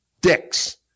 dicks